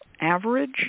average